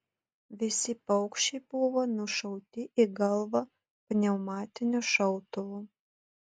visi paukščiai buvo nušauti į galvą pneumatiniu šautuvu